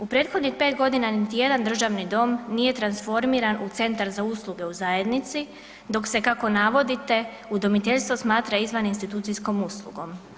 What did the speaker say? U prethodnih 5 godina niti jedan državni dom nije transformiran u centar za usluge u zajednici dok se kako navodite udomiteljstvo smatra izvan institucijskom uslugom.